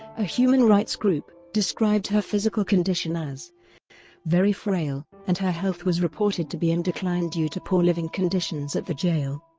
a human rights group, described her physical condition as very frail, and her health was reported to be in decline due to poor living conditions at the jail.